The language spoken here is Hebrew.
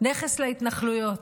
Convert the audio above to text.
נכס להתנחלויות.